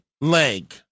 leg